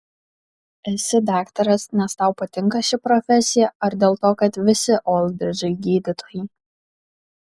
esi daktaras nes tau patinka ši profesija ar dėl to kad visi oldridžai gydytojai